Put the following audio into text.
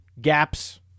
gaps